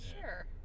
sure